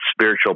spiritual